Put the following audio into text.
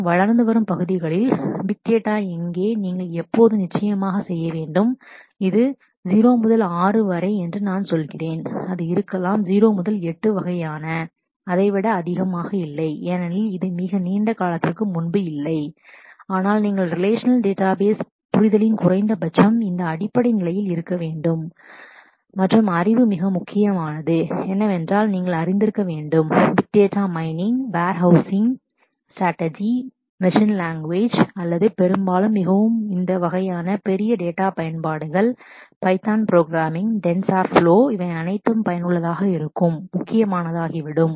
மற்றும் வளர்ந்து வரும் பகுதிகளில் பிக் டேட்டா எங்கே நீங்கள் இப்போது நிச்சயமாக செய்ய வேண்டும் இது 0 முதல் 6 வரை என்று நான் சொல்கிறேன் அது இருக்கலாம் 0 முதல் 8 வகையான அதை விட அதிகமாக இல்லை ஏனெனில் இது மிக நீண்ட காலத்திற்கு முன்பு இல்லை ஆனால் நீங்கள் ரிலேஷநல் டேட்டாபேஸ் relational database புரிதலின் குறைந்தபட்சம் இந்த அடிப்படை நிலையில் இருக்க வேண்டும் மற்றும் அறிவு ஆனால் முக்கியமானது என்னவென்றால் நீங்கள் அறிந்திருக்க வேண்டும் big data mining data mining warehousing strategy machine language warehousing strategies machine learning அல்லது பெரும்பாலும் மிகவும் இந்த வகையான பெரிய டேட்டா பயன்பாடுகள் Python programming tensor flow python programming tensor flow இவை அனைத்தும் பயனுள்ளதாக இருக்கும் முக்கியமானதாகிவிடும்